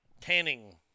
tanning